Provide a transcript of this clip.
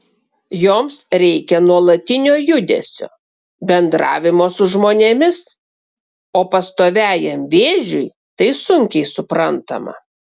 joms reikia nuolatinio judesio bendravimo su žmonėmis o pastoviajam vėžiui tai sunkiai suprantama